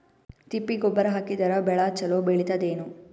ತಿಪ್ಪಿ ಗೊಬ್ಬರ ಹಾಕಿದರ ಬೆಳ ಚಲೋ ಬೆಳಿತದೇನು?